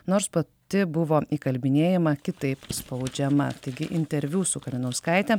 nors pati buvo įkalbinėjama kitaip spaudžiama taigi interviu su kalinauskaite